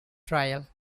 trial